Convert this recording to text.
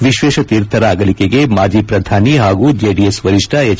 ವಿಶ್ವೇಶತೀರ್ಥರ ಅಗಲಿಕೆಗೆ ಮಾಜಿ ಪ್ರಧಾನಿ ಹಾಗೂ ಜೆಡಿಎಸ್ ವರಿಷ್ಠ ಎಚ್